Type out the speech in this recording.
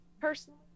Personally